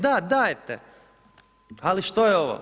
Da, dajete, ali što je ovo?